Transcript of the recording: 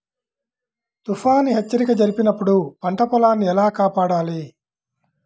తుఫాను హెచ్చరిక జరిపినప్పుడు పంట పొలాన్ని ఎలా కాపాడాలి?